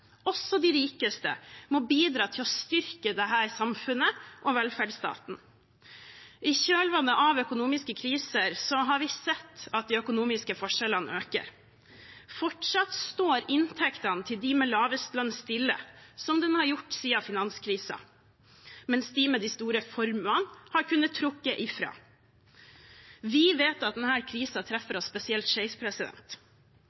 også de rikeste må bidra til å styrke dette samfunnet og velferdsstaten. I kjølvannet av økonomiske kriser har vi sett at de økonomiske forskjellene øker. Fortsatt står inntektene til dem med lavest lønn stille, som de har gjort siden finanskrisen, mens de med de store formuene har kunnet trekke ifra. Vi vet at denne krisen treffer